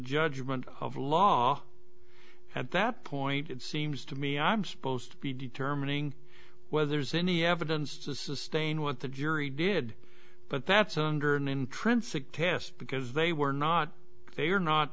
judgment of law at that point it seems to me i'm supposed to be determining whether there's any evidence to sustain what the jury did but that's under an intrinsic test because they were not they are not